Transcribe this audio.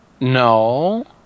No